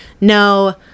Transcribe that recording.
no